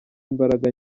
imbaraga